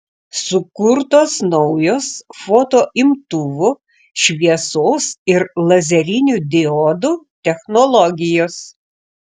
sukurtos naujos fotoimtuvų šviesos ir lazerinių diodų technologijos